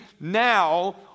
now